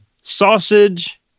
sausage